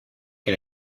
que